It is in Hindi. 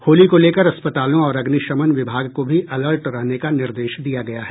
होली को लेकर अस्पतालों और अग्निशमन विभाग को भी अलर्ट रहने का निर्देश दिया गया है